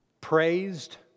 praised